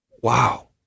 wow